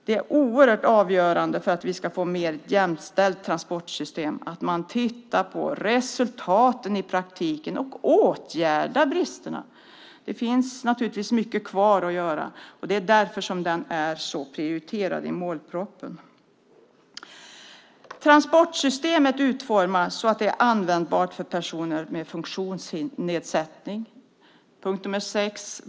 Det är oerhört avgörande för att vi ska få ett mer jämställt transportsystem att man tittar på resultaten i praktiken och åtgärdar bristerna. Det finns naturligtvis mycket kvar att göra. Därför är detta en prioriterad fråga. Transportsystemet utformas så att det är användbart för personer med funktionsnedsättning.